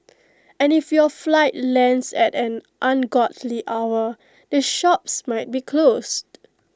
and if your flight lands at an ungodly hour the shops might be closed